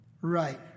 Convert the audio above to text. Right